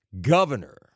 Governor